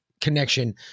connection